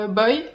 boy